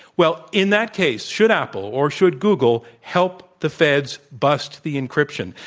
well, in that case, should apple or should google help the feds bust the encryption?